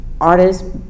artists